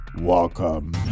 Welcome